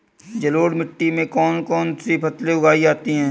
जलोढ़ मिट्टी में कौन कौन सी फसलें उगाई जाती हैं?